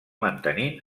mantenint